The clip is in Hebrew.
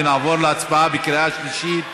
נעבור להצבעה בקריאה השלישית,